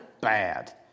bad